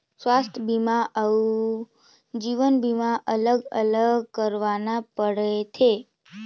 स्वास्थ बीमा अउ जीवन बीमा अलग अलग करवाना पड़थे?